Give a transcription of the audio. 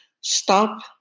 stop